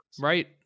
Right